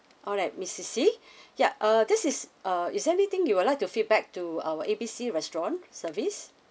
alright miss ceci ya uh this is uh is there anything you would like to feedback to our A B C restaurant service